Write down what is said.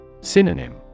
Synonym